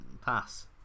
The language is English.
pass